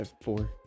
four